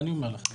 רגע דקה,